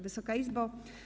Wysoka Izbo!